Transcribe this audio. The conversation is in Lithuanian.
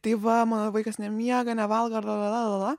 tai va mano vaikas nemiega nevalgo la la la la la la